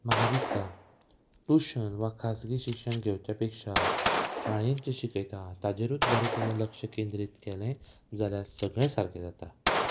म्हाका दिसता ट्यूशन वा खाजगी शिक्षण घेवच्या पेक्षा शाळेंत जें शिकयता ताजेरूच बरें तरेन लक्ष केंद्रीत केलें जाल्यार सगळें सारकें जाता